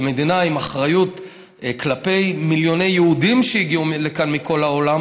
כמדינה עם אחריות כלפי מיליוני יהודים שהגיעו לכאן מכל העולם,